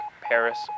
Paris